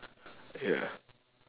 ya